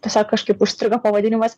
tiesiog kažkaip užstrigo pavadinimas